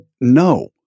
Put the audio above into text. no